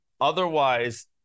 Otherwise